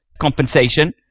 compensation